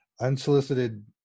unsolicited